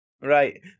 Right